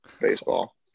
baseball